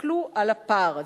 והסתכלו על הפער הזה.